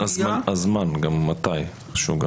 חשוב גם הזמן, מתי.